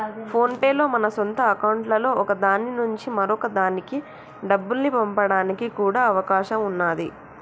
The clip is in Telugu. ఫోన్ పే లో మన సొంత అకౌంట్లలో ఒక దాని నుంచి మరొక దానికి డబ్బుల్ని పంపడానికి కూడా అవకాశం ఉన్నాది